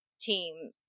team